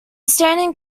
standing